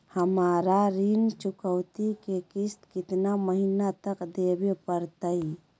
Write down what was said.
हमरा ऋण चुकौती के किस्त कितना महीना तक देवे पड़तई?